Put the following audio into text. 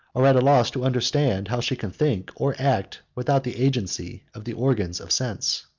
are at a loss to understand how she can think or act without the agency of the organs of sense.